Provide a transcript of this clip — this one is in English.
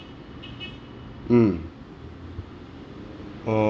mm uh